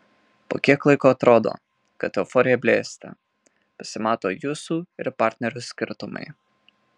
po kiek laiko atrodo kad euforija blėsta pasimato jūsų ir partnerio skirtumai